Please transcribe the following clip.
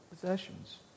possessions